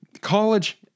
College